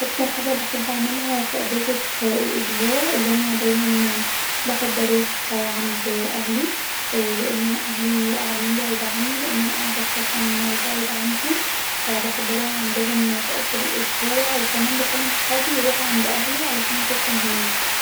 اكتر حاجه بحب اعملها في اجازه الاسبوع أن انا دايما بحب اروح عند اهلي لان انا اهلي قاعدين بعيد عني لاني انا قاعده في سكن بعيد عنهم ف بحب اروح عندهم في اخر الأسبوع وكمان بكلم صحابي يروحوا عند اهلي عشان اشوفهم هناك